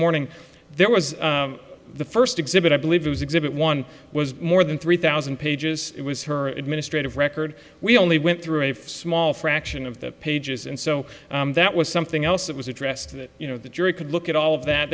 morning there was the first exhibit i believe it was exhibit one was more than three thousand pages it was her administrative record we only went through a small fraction of the pages and so that was something else that was addressed you know the jury could look at all of that